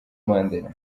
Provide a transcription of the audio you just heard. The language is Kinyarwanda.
mandela